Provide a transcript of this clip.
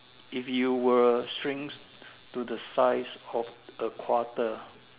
if you were shrink to the size of a quarter